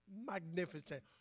magnificent